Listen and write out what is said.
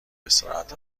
استراحت